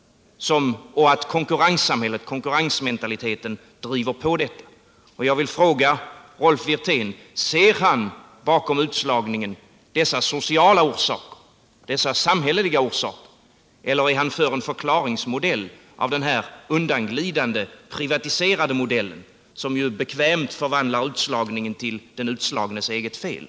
Och konkurrensmentaliteten driver på detta. Jag vill fråga Rolf Wirtén: Ser Rolf Wirtén bakom utslagningen dessa sociala orsaker, dessa samhälleliga orsaker, eller är han för en förklaringsmodell av den undanglidande och privatiserade modellen, som ju bekvämt förvandlar utslagningen till den utslagnes eget fel?